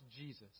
Jesus